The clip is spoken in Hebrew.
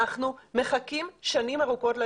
אנחנו מחכים שנים ארוכות.